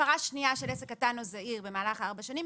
הפרה שנייה של עסק קטן או זעיר במהלך 4 שנים,